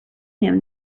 him